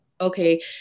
okay